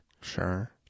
Sure